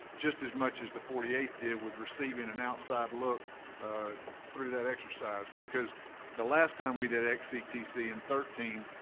just as much as the forty eighth did with receiving an outside look through that exercise. because the last time we did xctc in thirteen,